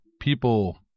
people